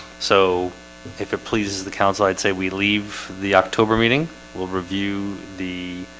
so if it pleases the council i'd say we leave the october meeting will review the